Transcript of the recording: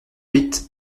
huit